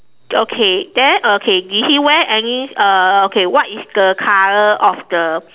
okay then okay did he wear any uh okay what is the color of the